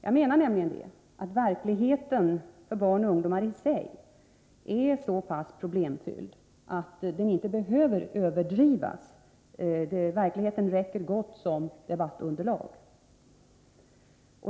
Jag menar att verkligheten i sig för barn och ungdomar är så pass problemfylld att den inte behöver överdrivas. Verkligheten räcker gott som debattunderlag.